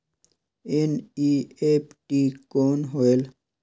NEFT कौन होएल?